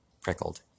prickled